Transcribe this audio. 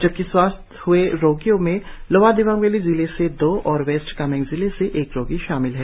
जबकि स्वस्थ हए रोगियों में लोअर दिबांग वैली जिले से दो और वेस्ट कामेंग जिले एक रोगी शामिल है